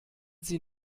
sie